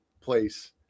place